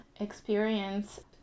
experience